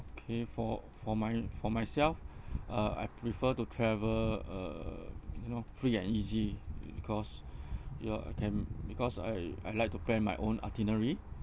okay for for my for myself uh I prefer to travel uh you know free and easy be~ because you can because I I like to plan my own itinerary